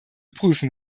prüfen